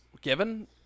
given